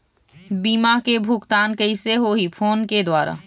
बीमा के भुगतान कइसे होही फ़ोन के द्वारा?